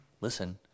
listen